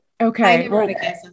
Okay